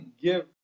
give